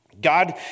God